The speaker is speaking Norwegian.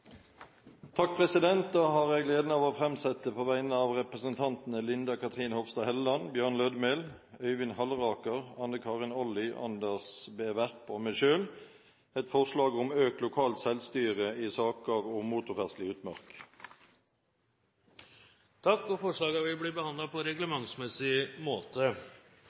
Da har jeg gleden av på vegne av representantene Linda C. Hofstad Helleland, Bjørn Lødemel, Øyvind Halleraker, Anne Karin Olli, Anders B. Werp og meg selv å framsette et forslag om økt lokalt selvstyre i saker om motorferdsel i utmark. Forslagene vil bli behandlet på reglementsmessig måte.